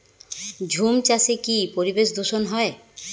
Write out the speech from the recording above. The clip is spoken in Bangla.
ঝুম চাষে কি পরিবেশ দূষন হয়?